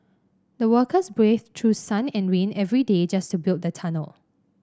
the workers braved through sun and rain every day just to build the tunnel